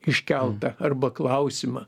iškeltą arba klausimą